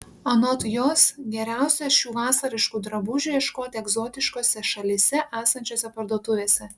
anot jos geriausia šių vasariškų drabužių ieškoti egzotiškose šalyse esančiose parduotuvėse